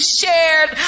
shared